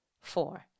Four